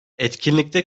etkinlikte